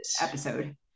episode